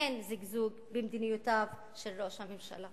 אין זיגזוג במדיניותו של ראש הממשלה.